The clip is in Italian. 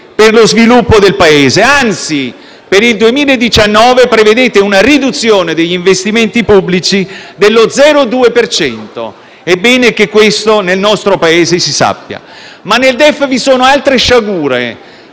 per lo sviluppo del Paese, anzi, per il 2019 prevedete una riduzione degli investimenti pubblici pari allo 0,2 per cento. È bene che questo nel nostro Paese si sappia. Nel DEF vi sono però altre sciagure,